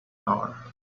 hour